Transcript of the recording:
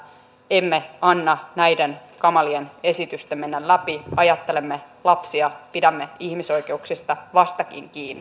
emme anna näiden kamalien esitysten mennä läpi ajattelemme lapsia pidämme ihmisoikeuksista vastakin kiinni